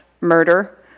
murder